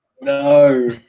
No